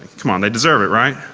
um they deserve it, right?